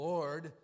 Lord